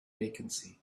vacancy